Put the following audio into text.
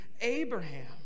Abraham